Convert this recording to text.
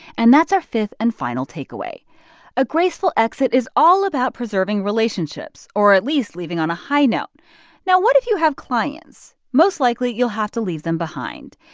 and that's our fifth and final takeaway a graceful exit is all about preserving relationships, or at least leaving on a high note now, what if you have clients? most likely, you'll have to leave them behind.